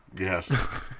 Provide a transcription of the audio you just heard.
Yes